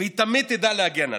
והיא תמיד תדע להגן עליו,